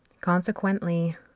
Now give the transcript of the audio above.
consequently